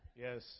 Yes